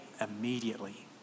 immediately